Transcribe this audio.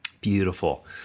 Beautiful